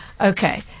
Okay